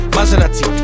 Maserati